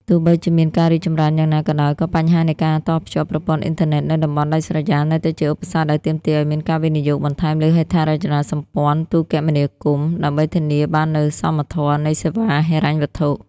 ទោះបីជាមានការរីកចម្រើនយ៉ាងណាក៏ដោយ ក៏បញ្ហានៃការតភ្ជាប់ប្រព័ន្ធអ៊ីនធឺណិតនៅតំបន់ដាច់ស្រយាលនៅតែជាឧបសគ្គដែលទាមទារឱ្យមានការវិនិយោគបន្ថែមលើហេដ្ឋារចនាសម្ព័ន្ធទូរគមនាគមន៍ ដើម្បីធានាបាននូវសមធម៌នៃសេវាហិរញ្ញវត្ថុ។